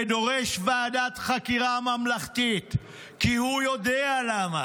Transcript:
ודורש ועדת חקירה ממלכתית, כי הוא יודע למה.